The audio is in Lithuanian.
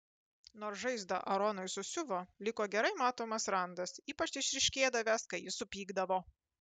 nors žaizdą aronui susiuvo liko gerai matomas randas ypač išryškėdavęs kai jis supykdavo